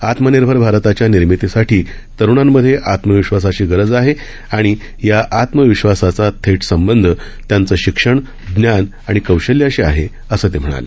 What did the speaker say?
आत्मनिर्भर भारताच्या निर्मितीसाठी तरुणांमधे आत्मविश्वासाची गरज आहे आणि या आत्मविश्वासाचा थेट संबंध त्यांचं शिक्षण ज्ञान आणि कौशल्याशी आहे असं ते म्हणाले